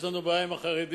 יש לנו בעיה עם החרדים?